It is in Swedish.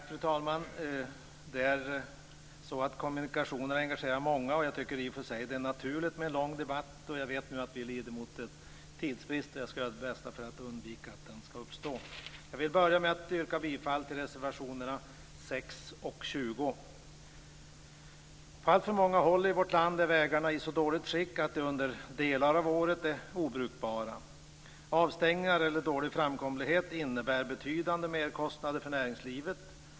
Fru talman! Kommunikationerna engagerar många, och jag tycker i och för sig att det är naturligt med en lång debatt. Jag vet dock att vi nu lider mot tidsbrist, och jag skall göra mitt bästa för att undvika att den skall uppstå. Jag vill börja med att yrka bifall till reservationerna 6 och 20. På alltför många håll i vårt land är vägarna i så dåligt skick att de under delar av året är obrukbara. Avstängningar eller dålig framkomlighet innebär betydande merkostnader för näringslivet.